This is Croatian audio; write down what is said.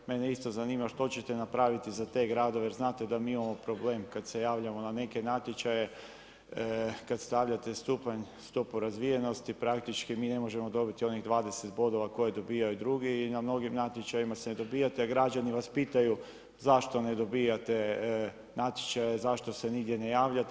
Mene isto zanima što ćete napraviti za te gradove jer znate da mi imamo problem kada se javljamo na neke natječaje kada stavljate stupanj, stopu razvijenosti praktički mi ne možemo dobiti onih 20 bodova koje dobivaju drugi i na mnogim natječajima se ne dobivate a građani vas pitaju zašto ne dobivate natječaje, zašto se nigdje ne javljate.